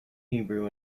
hebrew